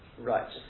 Right